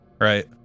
Right